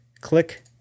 click